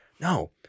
No